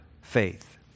faith